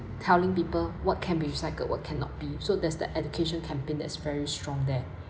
telling people what can be recycled what cannot be so that's the education campaign that's very strong there